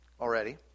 already